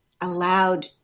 allowed